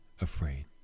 afraid